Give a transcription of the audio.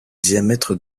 diamètre